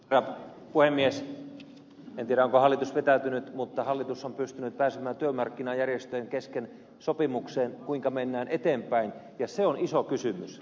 en tiedä onko hallitus vetäytynyt mutta hallitus on pystynyt pääsemään työmarkkinajärjestöjen kesken sopimukseen siitä kuinka mennään eteenpäin ja se on iso kysymys